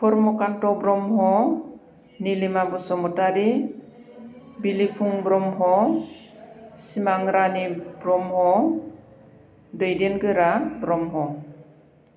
Dharamkanth Brahma Nilima Basumatary Bilifung Brahma Simang Rani Brahma Daidengora Brahma